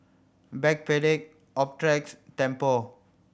Backpedic Optrex Tempur